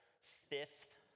fifth